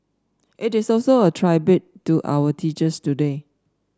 it is also a tribute to our teachers today